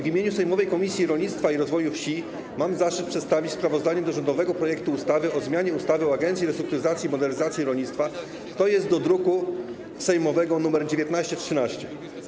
W imieniu sejmowej Komisji Rolnictwa i Rozwoju Wsi mam zaszczyt przedstawić sprawozdanie dotyczące rządowego projektu ustawy o zmianie ustawy o Agencji Restrukturyzacji i Modernizacji Rolnictwa, tj. dotyczące druku sejmowego nr 1913.